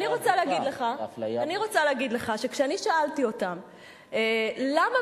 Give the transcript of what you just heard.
אני רוצה להגיד לך שכשאני שאלתי אותם למה